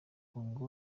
kong